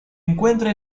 encuentra